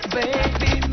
baby